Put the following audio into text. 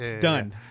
done